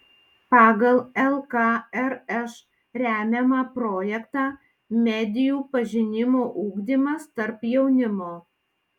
pagal lkrš remiamą projektą medijų pažinimo ugdymas tarp jaunimo